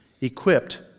equipped